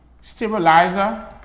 stabilizer